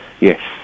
Yes